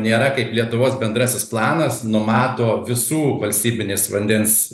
nėra kaip lietuvos bendrasis planas numato visų valstybinės vandens